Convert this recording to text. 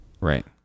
Right